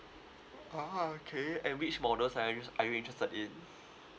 ah okay and which models are you are you interested in